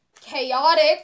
chaotic